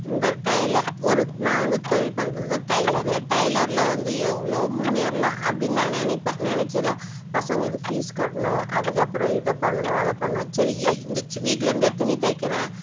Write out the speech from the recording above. இந்த டைலர் ஒரு நான் வந்து தொழில் பண்ணுறது டைலரு டைலரில் வந்து எவ்வளோ முன்னேறலாம் அப்படின்னு நான் நினப்பேன் நினச்சத பசங்களுக்கு ஃபீஸ் கட்டணும் அதுக்கு அப்புறம் இதை பண்ணணும் அதை பண்ணணும் சரி இ இந்த வீட்லருந்தே துணி தைக்கிறேன்